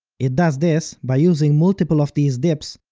it does this by using multiple of these dips,